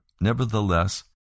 Nevertheless